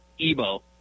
Ebo